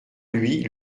lui